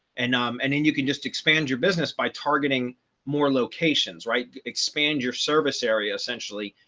and um and then you can just expand your business by targeting more locations, right? expand your service area, essentially.